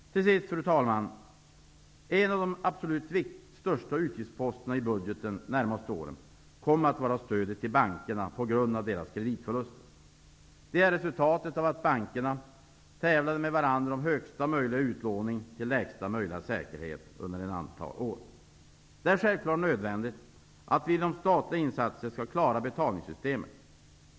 Till sist, fru talman! En av de absolut största utgiftsposterna i budgeten de närmaste åren kommer att vara stödet till bankerna på grund av deras kreditförluster. Det är resultatet av att bankerna under ett antal år tävlade med varandra om högsta möjliga utlåning till lägsta möjliga säkerhet. Det är självklart nödvändigt att genom statliga insatser klara betalningssystemet.